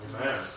Amen